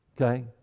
okay